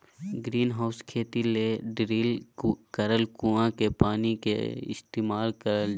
greenhouse खेती ले drill करल कुआँ के पानी के इस्तेमाल करल जा हय